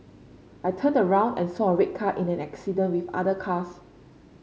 I turned around and saw a red car in an accident with other cars